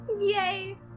Yay